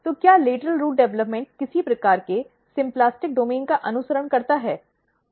तो क्या lateral root development किसी प्रकार के सिम्प्लास्टिक डोमेन का अनुसरण करता है